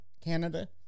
Canada